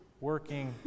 working